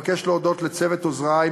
אני מבקש להודות לצוות עוזרי,